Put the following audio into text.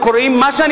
היו קוראים מה שאני